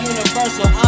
Universal